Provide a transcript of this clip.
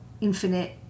infinite